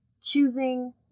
choosing